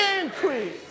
increase